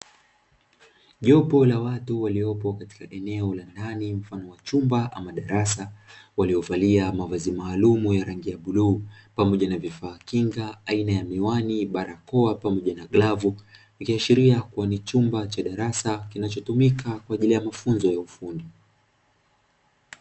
Jopo la watu waliopo katika eneo la ndani mfano wa chumba ama darasa, walio valia mavazi maalumu ya rangi ya bluu pamoja na vifaa kinga aina ya miwani, barakoa, pamoja na glavu ikiashiria kuwa ni chumba cha darasa kinachotumika kwa ajili ya mafunzo ya ufundi.